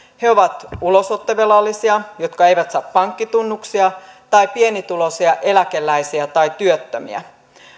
he ovat ulosottovelallisia jotka eivät saa pankkitunnuksia tai pienituloisia eläkeläisiä tai työttömiä